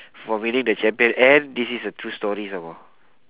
for winning the champion and this is a true story some more